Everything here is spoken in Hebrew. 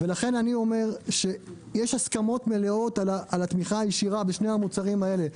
לכן אני אומר שיש הסכמות מלאות על התמיכה הישירה בשני המוצרים האלה.